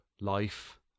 life